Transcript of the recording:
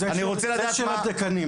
אני רוצה לדעת מה התקנים,